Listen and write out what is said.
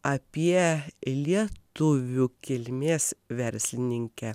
apie lietuvių kilmės verslininkę